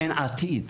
אין עתיד.